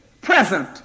present